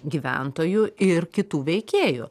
gyventojų ir kitų veikėjų